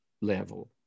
level